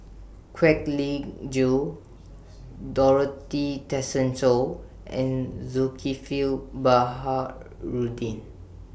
Kwek Leng Joo Dorothy Tessensohn and Zulkifli Baharudin